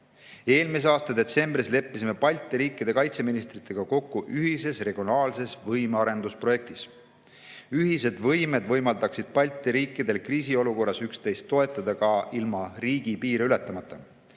Eelmise aasta detsembris leppisid Balti riikide kaitseministrid kokku ühises regionaalses võimearendusprojektis. Ühised võimed võimaldaksid Balti riikidel kriisiolukorras üksteist toetada ka ilma riigipiire ületamata.